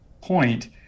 point